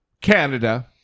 Canada